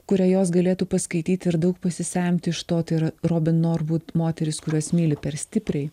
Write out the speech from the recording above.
kurią jos galėtų paskaityti ir daug pasisemti iš to tai yra robin norvud moterys kurios myli per stipriai